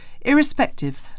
irrespective